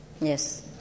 Yes